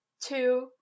two